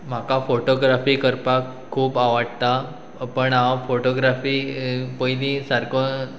म्हाका फोटोग्राफी करपाक खूब आवडटा पण हांव फोटोग्राफी पयलीं सारको